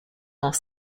dans